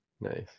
nice